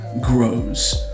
grows